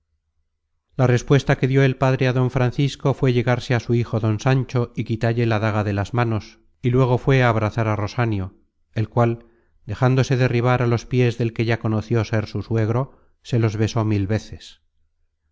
la respuesta que dió el padre á don francisco fué llegarse a su hijo don sancho y quitalle la daga de las manos y luego fué á abrazar á rosanio el cual dejándose derribar á los piés del que ya conoció ser su suegro se los besó mil veces